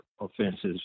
offenses